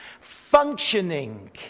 Functioning